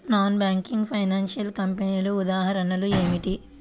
Non banking financial కంపెనీల ఉదాహరణలు ఏమిటి?